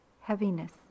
heaviness